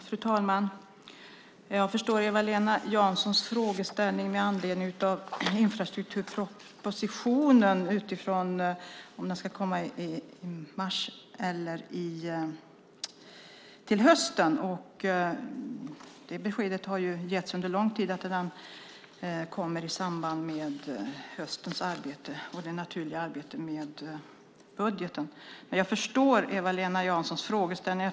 Fru talman! Jag förstår Eva-Lena Janssons frågeställning med anledning av infrastrukturpropositionen, om den ska komma i mars eller till hösten. Det beskedet har ju getts under en lång tid. Den kommer i samband med höstens arbete och det naturliga arbetet med budgeten. Men jag förstår Eva-Lena Janssons frågeställning.